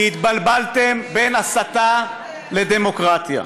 כי התבלבלתם בין הסתה לדמוקרטיה.